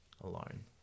alone